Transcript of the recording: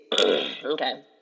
Okay